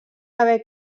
haver